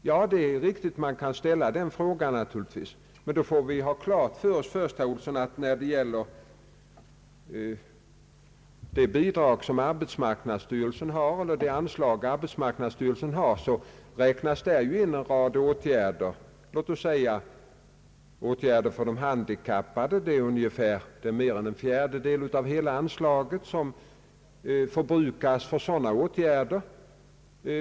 Ja, det är riktigt, man kan naturligtvis ställa den frågan. Men då får vi först ha klart för oss, herr Olsson, att i det bidrag som arbetsmarknadsstyrelsen får inräknas bidrag till en rad åtgärder låt oss säga för de handikappade — det är mer än en fjärdedel av hela anslaget som förbrukas för sådana åtgärder.